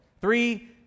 Three